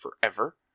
forever